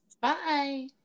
bye